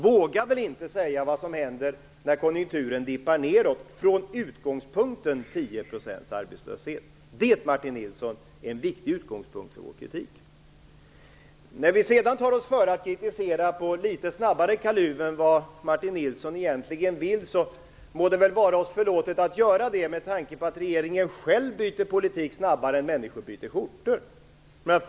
Vad som händer när konjunkturen vänder nedåt från utgångspunkten 10 % arbetslöshet vågar den väl inte säga. Det, Martin Nilsson, är en viktig utgångspunkt för vår kritik. När vi sedan tar oss före att kritisera litet snabbare än vad Martin Nilsson egentligen vill må det väl vara oss förlåtet, med tanke på att regeringen själv byter politik snabbare än människor byter skjorta.